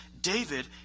David